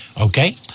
Okay